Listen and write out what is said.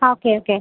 okay okay